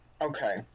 okay